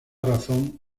razón